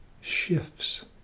shifts